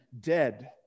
dead